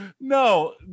No